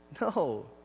No